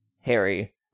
Harry